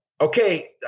okay